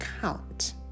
count